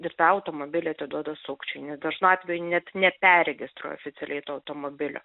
ir tą automobilį atiduoda sukčiui nes dažnu atveju net neperregistruoja oficialiai to automobilio